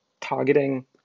targeting